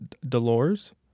dolores